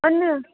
न